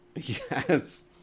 Yes